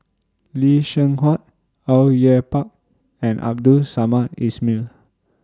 Lee Seng Huat Au Yue Pak and Abdul Samad Ismail